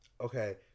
okay